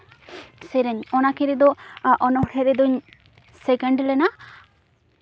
ᱥᱮᱨᱮᱧ ᱚᱱᱟᱠᱤᱱ ᱨᱮᱫᱚ ᱚᱱᱚᱲᱦᱮᱸ ᱨᱮᱫᱚᱧ ᱥᱮᱠᱮᱱᱰ ᱞᱮᱱᱟ